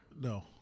No